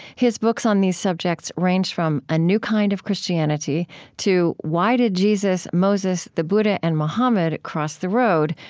his books on these subjects range from a new kind of christianity to why did jesus, moses, the buddha, and mohammed cross the road?